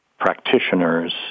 practitioners